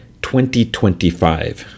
2025